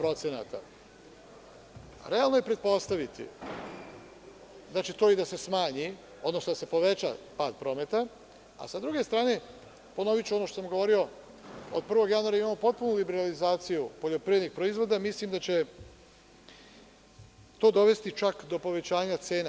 Realno je bilo pretpostaviti da će to i da se smanji, odnosno da se poveća pad prometa, a sa druge strane, hteo bih da vam ponovim ono što sam govorio, od 1. januara imamo potpunu liberalizaciju poljoprivrednih proizvoda i mislim da će to dovesti do povećanja cena.